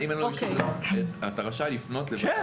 אם אין לו אישור, הוא רשאי לפנות לוועדה.